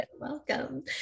Welcome